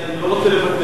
אדוני, אני לא רוצה לוותר.